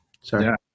Sorry